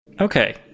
Okay